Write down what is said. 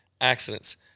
accidents